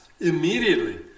immediately